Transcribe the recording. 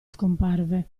scomparve